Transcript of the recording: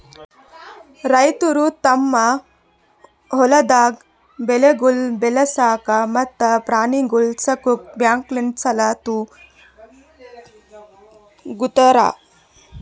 ರೈತುರು ತಮ್ ಹೊಲ್ದಾಗ್ ಬೆಳೆಗೊಳ್ ಬೆಳಸಾಕ್ ಮತ್ತ ಪ್ರಾಣಿಗೊಳ್ ಸಾಕುಕ್ ಬ್ಯಾಂಕ್ಲಿಂತ್ ಸಾಲ ತೊ ಗೋತಾರ್